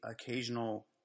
occasional